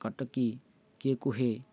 କଟକୀ କିଏ କୁହେ